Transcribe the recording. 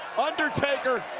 undertaker,